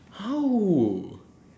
how